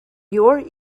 your